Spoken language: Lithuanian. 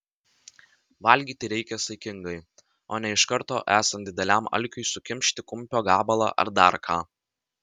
valgyti reikia saikingai o ne iš karto esant dideliam alkiui sukimšti kumpio gabalą ar dar ką